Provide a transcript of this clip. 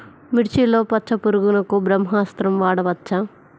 మిర్చిలో పచ్చ పురుగునకు బ్రహ్మాస్త్రం వాడవచ్చా?